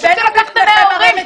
כל הכסף שלקחתם מההורים.